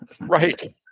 Right